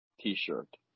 T-shirt